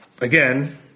again